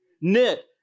knit